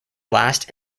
last